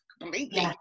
completely